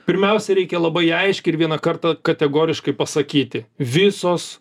pirmiausia reikia labai aiškiai ir vieną kartą kategoriškai pasakyti visos